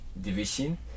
division